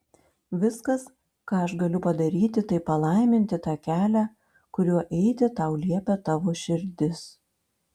viskas ką aš galiu padaryti tai palaiminti tą kelią kuriuo eiti tau liepia tavo širdis